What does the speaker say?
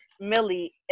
Millie